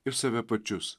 ir save pačius